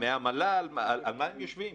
על מה הם מדברים?